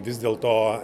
vis dėlto